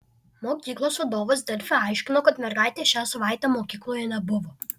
mokyklos vadovas delfi aiškino kad mergaitės šią savaitę mokykloje nebuvo